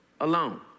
alone